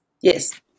Yes